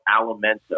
Alimento